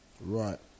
right